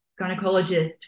gynecologist